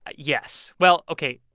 ah yes. well, ok.